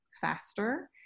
faster